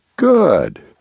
Good